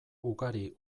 ugari